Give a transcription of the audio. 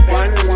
one